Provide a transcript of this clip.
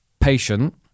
patient